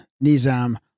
Nizam